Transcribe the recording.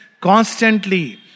constantly